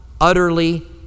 utterly